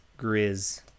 Grizz